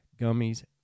gummies